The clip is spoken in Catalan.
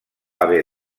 haver